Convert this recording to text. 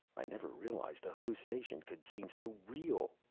i never realized hallucination could seem so real,